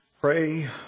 Pray